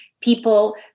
people